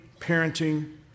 parenting